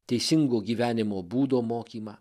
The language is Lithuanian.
teisingo gyvenimo būdo mokymą